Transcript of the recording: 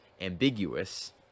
ambiguous